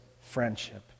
friendship